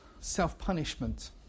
self-punishment